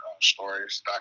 Stories